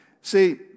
See